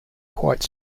quite